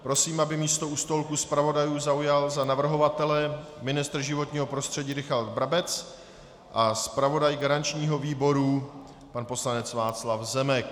Prosím, aby místo u stolku zpravodajů zaujal za navrhovatele ministr životního prostředí Richard Brabec a zpravodaj garančního výboru pan poslanec Václav Zemek.